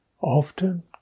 often